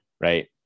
right